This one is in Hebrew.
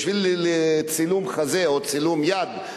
בשביל צילום חזה או צילום יד,